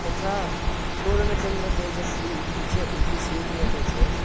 यथा पूर्णचन्द्रतेजस्वी इति चेत् इति स्वीक्रियते चेत्